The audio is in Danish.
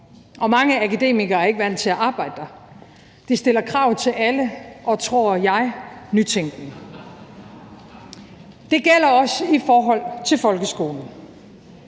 og mange akademikere er ikke vant til at arbejde der. Det stiller krav til alle og, tror jeg, til nytænkning. Det gælder også i forhold til folkeskolen.